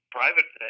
private